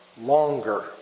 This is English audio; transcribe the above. longer